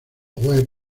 web